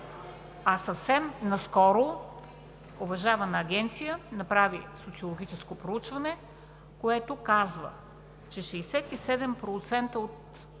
а съвсем наскоро уважавана агенция направи социологическо проучване, което казва, че 67% от